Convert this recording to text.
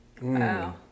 Wow